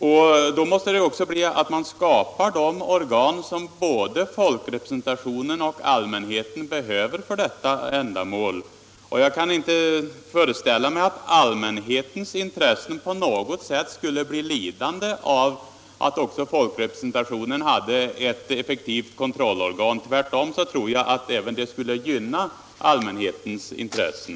Och när den frågan har besvarats måste det organ skapas som både folkrepresentationen och allmänheten behöver för ändamålet. Jag kan inte föreställa mig att allmänhetens intressen på något säl skulle bli lidande av att också folkrepresentationen hade ett effektivt kontrollorgan. Tvärtom tror jag att det skulle gynna allmänhetens intressen.